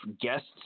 guests